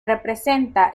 representa